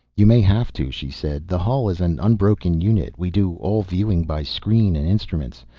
you may have to, she said. the hull is an unbroken unit, we do all viewing by screen and instruments.